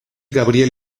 gabriel